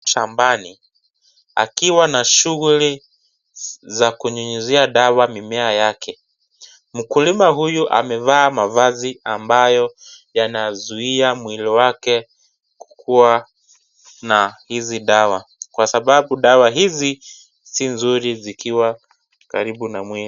Shambani akiwa na shughuli za kunyunyzia dawa mimea yake mkulima huyu amevaa mavazi ambayo yanazuia mwili wake kukuwa na hizi dawa, Kwa Sababu dawa hizi si nzuri zikiwa Karibu na mwili.